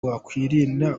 wakwirinda